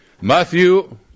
Matthew